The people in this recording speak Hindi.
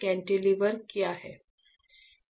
कैंटिलीवर क्या है